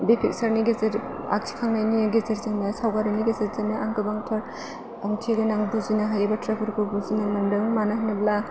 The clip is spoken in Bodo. बे पिकसारनि गेजेर आखिखांनायनि गेजेरजोंनो सावगारिनि गेजेरजोंनो आं गोबांथार ओंथिगोनां बुजिनो हायि बाथ्राफोरखौ बुजिनो मोन्दों मानो होनोब्ला